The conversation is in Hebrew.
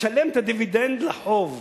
ותשלם את הדיבידנד לחוב.